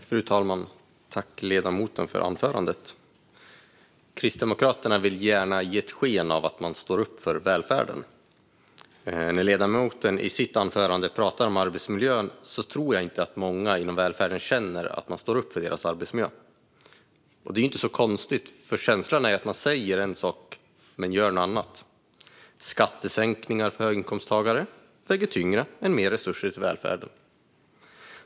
Fru talman! Tack för anförandet, ledamoten! Kristdemokraterna vill gärna ge sken av att man står upp för välfärden. När ledamoten i sitt anförande talar om arbetsmiljön tror jag inte att många inom välfärden känner att man står upp för deras arbetsmiljö. Det är inte konstigt. Känslan är att man säger en sak men gör något annat. Skattesänkningar för höginkomsttagare väger tyngre än mer resurser till välfärden.